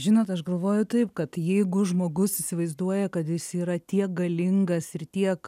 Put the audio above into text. žinot aš galvoju taip kad jeigu žmogus įsivaizduoja kad jis yra tiek galingas ir tiek